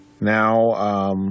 now